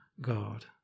god